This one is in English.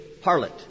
harlot